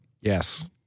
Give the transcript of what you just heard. Yes